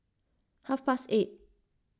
half past eight